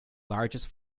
largest